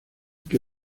que